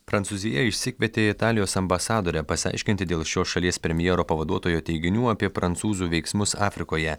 prancūzija išsikvietė italijos ambasadorę pasiaiškinti dėl šios šalies premjero pavaduotojo teiginių apie prancūzų veiksmus afrikoje